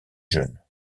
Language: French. jeunes